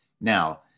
Now